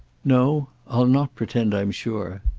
no, i'll not pretend i'm sure.